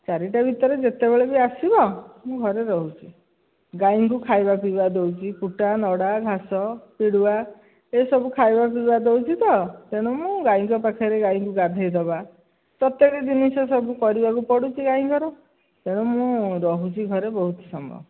ଚାରିଟା ଭିତରେ ଯେତେବେଳେ ବି ଆସିବ ମୁଁ ଘରେ ରହୁଛି ଗାଈଙ୍କୁ ଖାଇବା ପିଇବା ଦେଉଛି କୁଟା ନଡ଼ା ଘାସ ପିଡ଼ିଆ ଏସବୁ ଖାଇବା ପିଇବା ଦେଉଛି ତ ତେଣୁ ମୁଁ ଗାଈଙ୍କ ପାଖରେ ଗାଈଙ୍କୁ ଗାଧୋଇଦେବା ପ୍ରତ୍ୟେକ ଜିନିଷ ସବୁ କରିବାକୁ ପଡ଼ୁଛି ଗାଈଙ୍କର ତେଣୁ ମୁଁ ରହୁଛି ଘରେ ବହୁତ ସମୟ